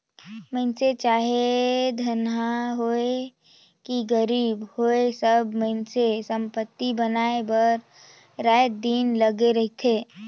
मइनसे चाहे धनहा होए कि गरीब होए सब मइनसे संपत्ति बनाए बर राएत दिन लगे रहथें